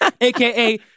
aka